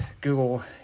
Google